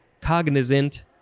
cognizant